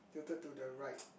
tilted to the right